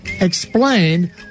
explain